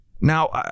Now